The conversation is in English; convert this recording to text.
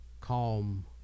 calm